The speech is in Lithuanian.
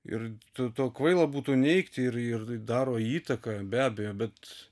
ir to tą kvaila būtų neigti ir ir daro įtaką be abejo bet